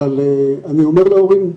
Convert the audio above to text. אבל אני אומר להורים,